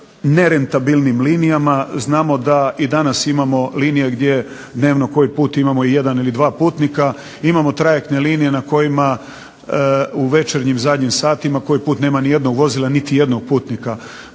na nerentabilnim linijama, znamo da i danas imamo linije gdje dnevno koji put imamo i jedan ili dva putnika. Imamo trajektne linije na kojima u večernjim zadnjim satima koji put nema niti jednog vozila niti jednog putnika.